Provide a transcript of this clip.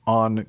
on